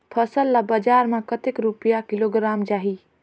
फसल ला बजार मां कतेक रुपिया किलोग्राम जाही?